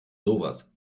sowas